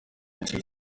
gice